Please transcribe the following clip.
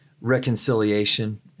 reconciliation